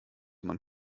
man